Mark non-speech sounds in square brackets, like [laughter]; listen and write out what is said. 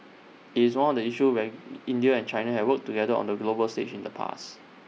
IT is one of the issues where [hesitation] India and China have worked together on the global stage in the past